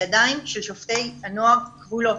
הידיים של שופטי הנוער כבולות.